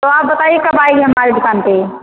तो आप बताइए कब आएँगी हमारी दुक़ान पर